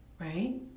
right